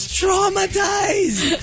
traumatized